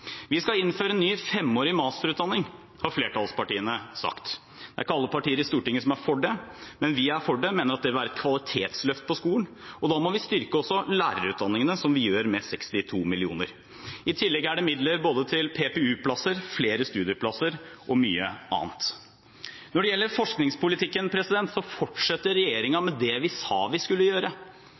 Vi skal innføre en ny femårig masterutdanning, har flertallspartiene sagt. Ikke alle partier i Stortinget er for det, men vi er for det og mener at det vil være et kvalitetsløft for skolen, og da må vi også styrke lærerutdanningene, som vi gjør med 62 mill. kr. I tillegg er det midler både til PPU-plasser, flere studieplasser og mye annet. Når det gjelder forskningspolitikken, fortsetter regjeringen med det vi sa vi skulle gjøre.